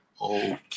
Okay